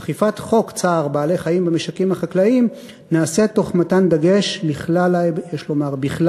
אכיפת חוק צער בעלי-חיים במשקים חקלאיים נעשית תוך מתן דגש בכלל ההיבטים